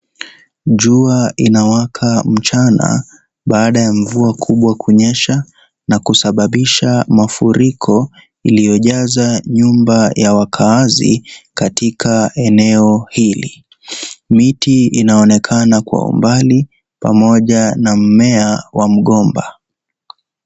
Jua inawaka mchana, baada ya mvua kubwa kunyesha na kusababisha mafuriko iliyojaza nyumba ya wakaazi, katika eneo hili. Miti inaonekana kwa mbali pamoja na mmea wa mgomba.